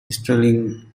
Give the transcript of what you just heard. stirling